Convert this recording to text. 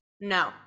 No